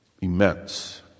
Immense